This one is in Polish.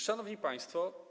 Szanowni Państwo!